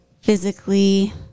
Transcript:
physically